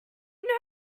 know